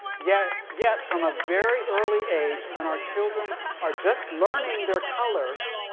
yet yet from a very early age, when our children are just learning their colors,